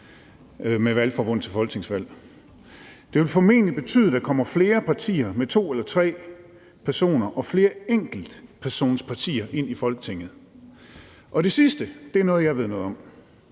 med valgforbund til folketingsvalg. Det vil formentlig betyde, at der kommer flere partier med to eller tre personer og flere enkeltpersonspartier ind i Folketinget, og det sidste er noget, jeg ved noget om.